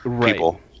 people